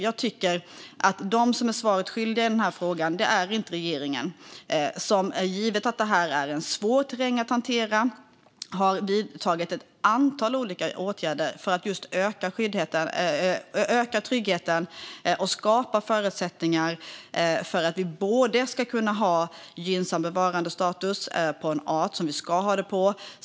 Jag tycker att de som är svaret skyldiga i den här frågan inte är regeringen som, givet att det här är en svår terräng att hantera, har vidtagit ett antal olika åtgärder för att just öka tryggheten och skapa förutsättningar för att vi ska kunna ha en gynnsam bevarandestatus för en art som vi ska ha det för.